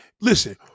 listen